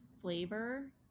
flavor